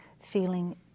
feeling